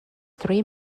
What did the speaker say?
three